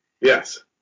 Yes